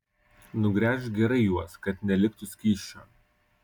nugręžk gerai juos kad neliktų skysčio